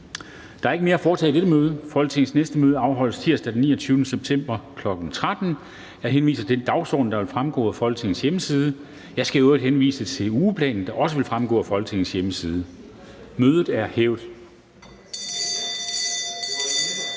Der er ikke mere at foretage i dette møde. Folketingets næste møde afholdes tirsdag den 29. september 2020, kl. 13.00. Jeg henviser til den dagsorden, der vil fremgå af Folketingets hjemmeside. Jeg skal i øvrigt henvise til ugeplanen, der også vil fremgå af Folketingets hjemmeside. Mødet er hævet.